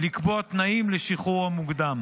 לקבוע תנאים לשחרורו המוקדם.